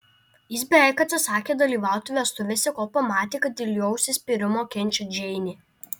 jis beveik atsisakė dalyvauti vestuvėse kol pamatė kad dėl jo užsispyrimo kenčia džeinė